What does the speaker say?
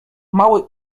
mały